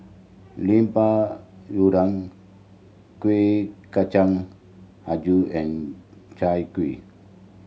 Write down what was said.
Lemper Udang Kuih Kacang Hijau and Chai Kueh